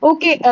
Okay